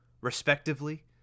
respectively